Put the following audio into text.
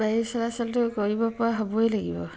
বায়ু চলাচলটো কৰিব পৰা হ'বই লাগিব